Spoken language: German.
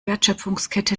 wertschöpfungskette